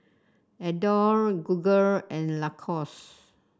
Adore Google and Lacoste